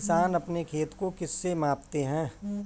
किसान अपने खेत को किससे मापते हैं?